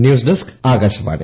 news desk Akashvani